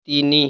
ତିନି